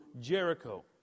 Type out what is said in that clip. Jericho